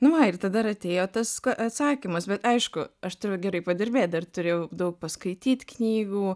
nu va ir tada ir atėjo tas atsakymas bet aišku aš turėjau gerai padirbėt dar turėjau daug paskaityt knygų